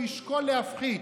הוא ישקול להפחית.